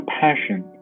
passion